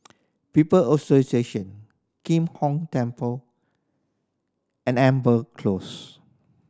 People Association Kim Hong Temple and Amber Close